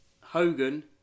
Hogan